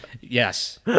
yes